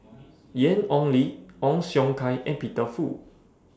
Ian Ong Li Ong Siong Kai and Peter Fu